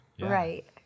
Right